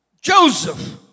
Joseph